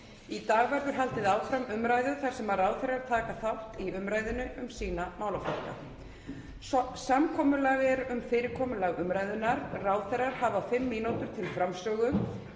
Í dag verður haldið áfram umræðu þar sem ráðherrar taka þátt í umræðunni um sína málaflokka. Samkomulag er um fyrirkomulag umræðunnar. Ráðherrar hafa fimm mínútur til framsögu.